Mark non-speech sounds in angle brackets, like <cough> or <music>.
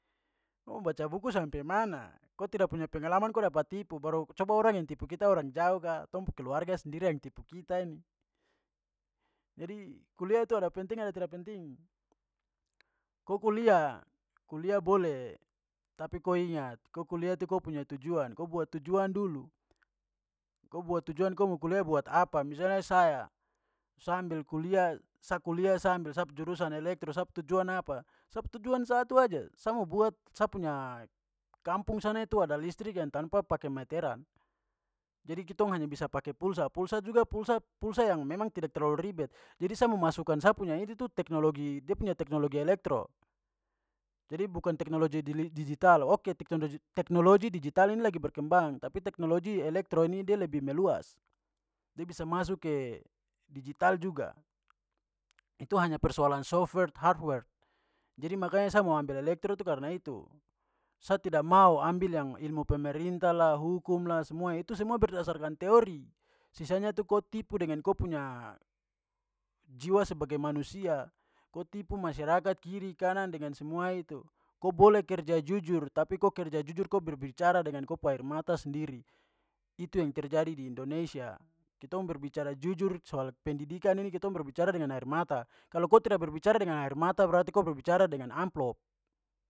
Ko mo baca buku sampai mana, ko tidak punya pengalaman ko dapa tipu. Baru coba orang yang tipu kita orang jauh ka, tong pu keluarga sendiri yang tipu kita ini. Jadi kuliah itu ada penting ada tidak penting. Ko kuliah, kuliah boleh tapi ko ingat ko kuliah tu ko punya tujuan. Ko buat tujuan dulu. Ko buat tujuan ko mo kuliah buat apa. Misalnya saya, sa ambil kuliah- sa kuliah sa ambil sa pu juusan elektro sa pu tujuan apa, sa pu tujuan satu saja, sa mo buat sa punya kampung sana itu ada listrik yang tanpa pake meteran. Jadi kitong hanya bisa pake pulsa. Pulsa juga pulsa- pulsa yang memang tidak terlalu ribet. Jadi sa mo masukkan sa punya itu tu teknologi- da punya teknologi elektro. Jadi bukan teknologi dili-digital. Oke, <unintelligible> teknologi digital ini lagi berkembang tapi teknologi elektro ini dia lebih meluas. De bisa masuk ke digital juga. Itu hanya persoalan softwork, hardwork. Jadi makanya sa mau ambil elektro itu karena itu. Sa tidak mau ambil yang ilmu pemerintah lah, hukum lah, semua itu semua berdasarkan teori, sisanya tu ko tipu dengan ko punya jiwa sebagai manusia, ko tipu masyarakat kiri kanan dengan semua itu. Ko boleh kerja jujur tapi ko kerja jujur ko berbicara dengan ko pu air mata sendiri. Itu yang terjadi di indonesia. Kitong berbicara jujur soal pendidikan ini kitong berbicara dengan air mata. Kalau ko tidak berbicara dengan air mata berarti ko berbicara dengan amplop.